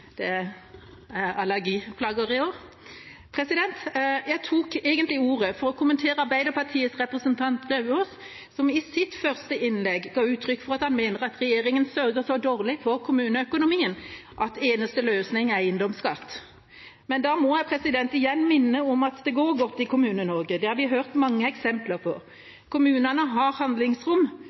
Jeg tok egentlig ordet for å kommentere Arbeiderpartiets representant Lauvås, som i sitt første innlegg ga uttrykk for at han mener regjeringa sørger så dårlig for kommuneøkonomien at eneste løsning er eiendomsskatt. Da må jeg igjen minne om at det går godt i Kommune-Norge. Det har vi hørt mange eksempler på. Kommunene har handlingsrom,